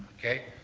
okay.